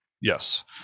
Yes